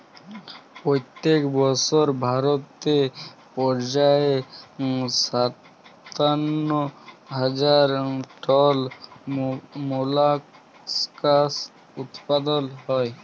পইত্তেক বসর ভারতে পর্যায়ে সাত্তান্ন হাজার টল মোলাস্কাস উৎপাদল হ্যয়